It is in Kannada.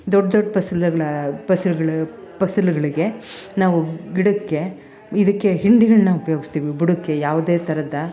ದೊಡ್ಡ ದೊಡ್ಡ ಫಸಲುಗಳ ಫಸಲುಗಳು ಫಸಲುಗಳಿಗೆ ನಾವು ಗಿಡಕ್ಕೆ ಇದಕ್ಕೆ ಹಿಂಡಿಗಳನ್ನ ಉಪ್ಯೋಗಿಸ್ತೀವಿ ಬುಡಕ್ಕೆ ಯಾವುದೇ ಥರದ